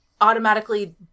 automatically